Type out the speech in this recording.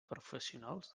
professionals